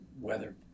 weather